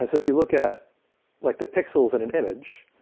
ah so if you look at like the pixels in an image,